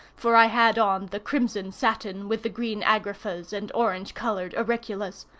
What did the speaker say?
for i had on the crimson satin, with the green agraffas, and orange-colored auriclas.